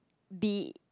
B